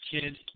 kid